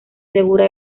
segura